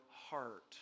heart